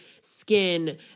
skin